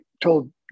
told